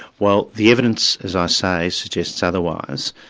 well the evidence, as i say, suggests otherwise,